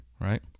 right